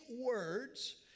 words